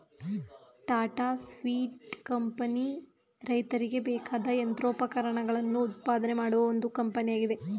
Tata steel company ರೈತರಿಗೆ ಬೇಕಾದ ಯಂತ್ರೋಪಕರಣಗಳನ್ನು ಉತ್ಪಾದನೆ ಮಾಡುವ ಒಂದು ಕಂಪನಿಯಾಗಿದೆ